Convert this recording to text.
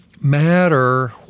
matter